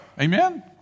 Amen